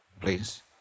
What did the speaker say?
Please